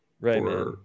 right